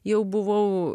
jau buvau